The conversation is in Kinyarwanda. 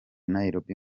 nairobi